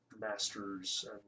masters